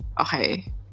Okay